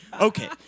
Okay